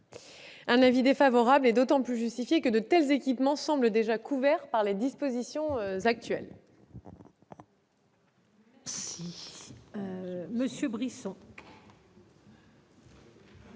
Un avis défavorable est d'autant plus justifié que de tels équipements semblent déjà couverts par les dispositions actuelles.